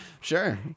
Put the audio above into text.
sure